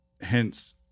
hence